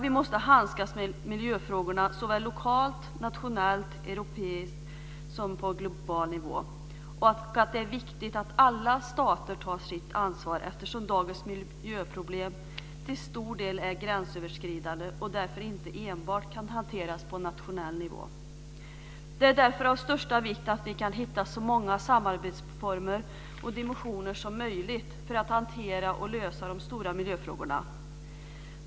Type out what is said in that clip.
Vi måste handskas med miljöfrågorna på såväl lokal, nationell och europeisk nivå som global nivå. Det är viktigt att alla stater tar sitt ansvar eftersom dagens miljöproblem till stor del är gränsöverskridande och därför inte enbart kan hanteras på nationell nivå. Det är därför av största vikt att vi kan hitta så många samarbetsformer och dimensioner som möjligt för att hantera och lösa de stora miljöfrågorna.